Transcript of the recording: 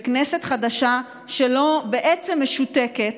בכנסת חדשה שבעצם משותקת,